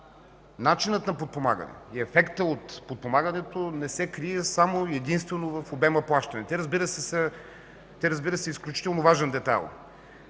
начинът на подпомагане и ефектът от подпомагането не се крие само и единствено в обема плащания. Те, разбира се, са изключително важен детайл.